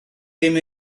ddim